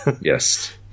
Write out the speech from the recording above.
Yes